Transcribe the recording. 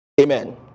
Amen